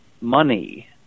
money